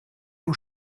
aux